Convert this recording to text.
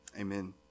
Amen